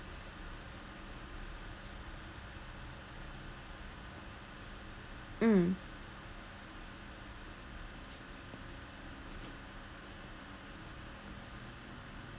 mm